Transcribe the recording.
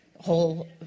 whole